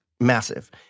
massive